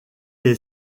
est